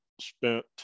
spent